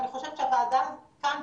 ואני חושבת שהוועדה כאן,